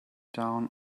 down